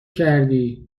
کردی